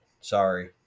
Sorry